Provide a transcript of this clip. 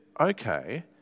Okay